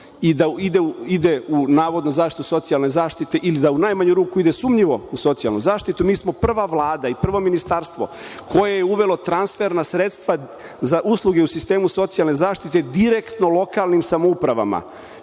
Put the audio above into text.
i da ide u navodnu zaštitu socijalne zaštite, ili da u najmanju ruku ide sumnjivu socijalnu zaštitu. Mi smo prva Vlada i prvo ministarstvo koje je uvelo transferna sredstva za usluge u sistemu socijalne zaštite direktno lokalnim samoupravama.